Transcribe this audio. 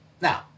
Now